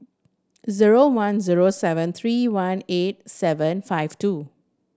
zero one zero seven three one eight seven five two